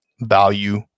value